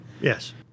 Yes